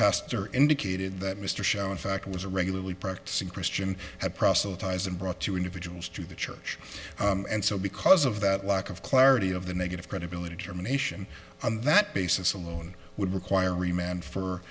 pastor indicated that mr show in fact was a regularly practicing christian had proselytize and brought two individuals to the church and so because of that lack of clarity of the negative credibility termination on that basis alone would require